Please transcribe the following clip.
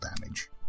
damage